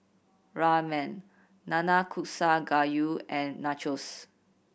Ramen Nanakusa Gayu and Nachos